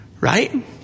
Right